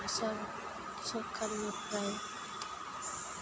आसाम सोरखारनिफ्राय